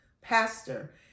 pastor